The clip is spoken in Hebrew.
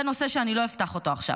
זה נושא שאני לא אפתח אותו עכשיו,